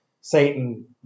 Satan